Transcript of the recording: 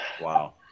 Wow